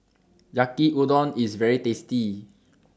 Yaki Udon IS very tasty